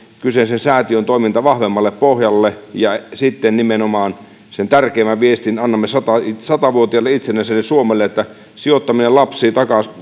kyseisen säätiön toiminta vahvemmalle pohjalle ja sitten nimenomaan sen tärkeimmän viestin annamme sata sata vuotiaalle itsenäiselle suomelle että sijoittaminen lapsiin